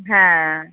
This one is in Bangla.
হ্যাঁ